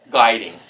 Guiding